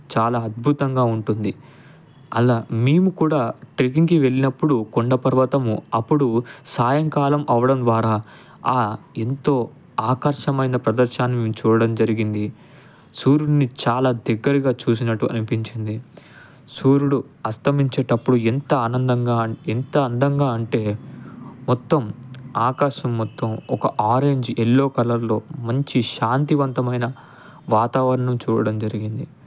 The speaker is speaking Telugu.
చాలా అద్భుతంగా ఉంటుంది అలా మేము కూడా ట్రెక్కింగ్కి వెళ్ళినప్పుడు కొండపర్వతం అప్పుడు సాయంకాలం అవడం ద్వారా ఆ ఎంతో ఆకర్షణమైన ప్రదర్శాన్ని మేము చూడడం జరిగింది సూర్యుడిని చాలా దగ్గరగా చూసినట్టు అనిపించింది సూర్యుడు అస్తమించేటప్పుడు ఎంత ఆనందంగా ఎంత అందంగా అంటే మొత్తం ఆకాశం మొత్తం ఒక ఆరెంజ్ ఎల్లో కలర్లో మంచి శాంతివంతమైన వాతావరణం చూడడం జరిగింది